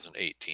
2018